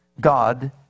God